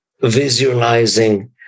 visualizing